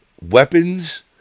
weapons